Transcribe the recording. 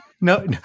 No